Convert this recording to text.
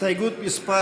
הסתייגות מס'